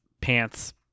pants